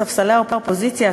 בספסלי האופוזיציה,